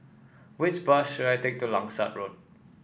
which bus should I take to Langsat Road